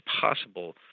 possible